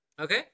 Okay